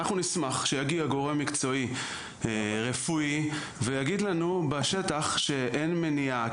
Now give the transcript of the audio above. אנחנו נשמח שיגיע גורם מקצועי רפואי ויגיד לנו בשטח שאין מניעה.